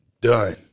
done